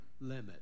limit